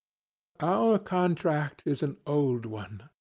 our contract is an old one.